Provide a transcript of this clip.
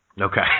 Okay